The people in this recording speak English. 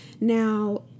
Now